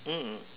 mm